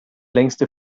längste